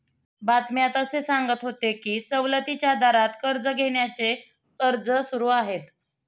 बातम्यात असे सांगत होते की सवलतीच्या दरात कर्ज घेण्याचे अर्ज सुरू आहेत